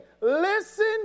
Listen